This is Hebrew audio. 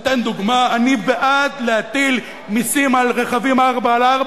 אני אתן דוגמה, אני בעד להטיל מסים על רכבים 4X4,